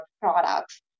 products